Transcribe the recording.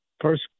first